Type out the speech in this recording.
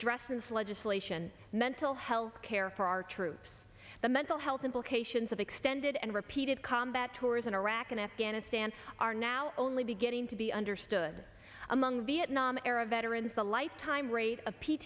addressed his legislation mental health care for our troops the mental health implications of extended and repeated combat tours in iraq and afghanistan are now only beginning to be understood among vietnam era veterans a lifetime rate